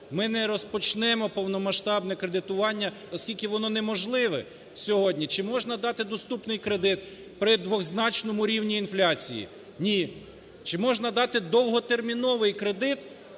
ми не розпочнемо повномасштабне кредитування, оскільки воно неможливе сьогодні. Чи можна дати доступний кредит при двозначному рівні інфляції? Ні. Чи можна дати довготерміновий кредит,